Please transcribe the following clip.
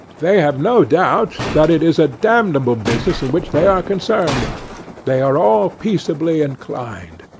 they have no doubt that it is a damnable business in which they are concerned they are all peaceably inclined.